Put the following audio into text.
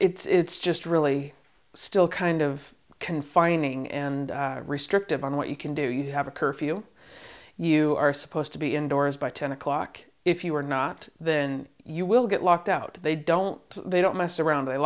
but it's just really still kind of confining and restrictive on what you can do you have a curfew you are supposed to be indoors by ten o'clock if you are not then you will get locked out they don't they don't mess around they